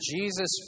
Jesus